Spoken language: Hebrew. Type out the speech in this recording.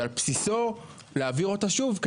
ועל בסיסו להעביר אותה שוב?